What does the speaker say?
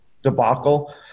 debacle